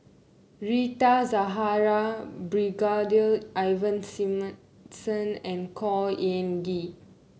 Rita Zahara Brigadier Ivan Simson and Khor Ean Ghee